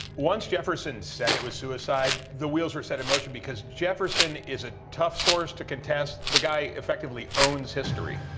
once jefferson said it was suicide, the wheels were set in motion because jefferson is a tough source to contest, the guy effectively owns history.